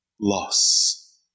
loss